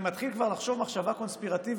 אני מתחיל כבר לחשוב מחשבה קונספירטיבית,